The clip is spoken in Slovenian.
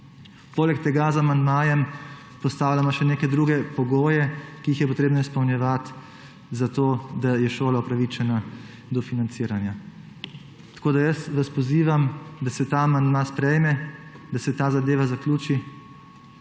Poleg tega z amandmajem postavljamo še neke druge pogoje, ki jih je potrebno izpolnjevati za to, da je šola upravičena do financiranja. Tako da vas jaz pozivam, da se ta amandma sprejme, da se ta zadeva zaključi